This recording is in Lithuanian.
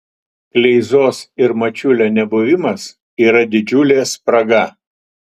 kleizos ir mačiulio nebuvimas yra didžiulė spraga